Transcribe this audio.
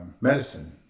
medicine